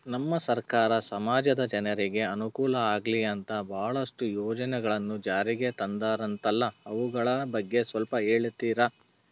ನಮ್ಮ ಸರ್ಕಾರ ಸಮಾಜದ ಜನರಿಗೆ ಅನುಕೂಲ ಆಗ್ಲಿ ಅಂತ ಬಹಳಷ್ಟು ಯೋಜನೆಗಳನ್ನು ಜಾರಿಗೆ ತಂದರಂತಲ್ಲ ಅವುಗಳ ಬಗ್ಗೆ ಸ್ವಲ್ಪ ಹೇಳಿತೀರಾ?